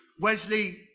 wesley